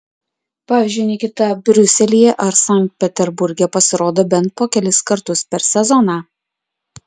pavyzdžiui nikita briuselyje ar sankt peterburge pasirodo bent po kelis kartus per sezoną